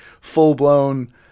full-blown